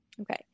Okay